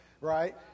right